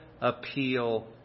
appeal